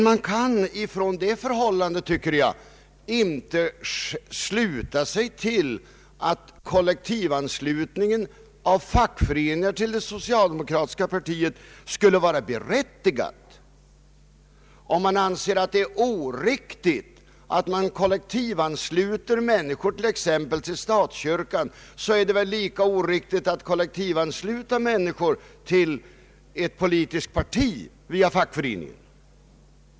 Man kan på grund av det förhållandet, tycker jag, inte sluta sig till att en kollektivanslutning av fackföreningar till det socialdemokratiska partiet skulle vara berättigad. Om man anser att det är oriktigt att människor kollektivansluts till statskyrkan så måste man väl anse att det är lika oriktigt att kollektivansluta människor till ett politiskt parti via en fackförening.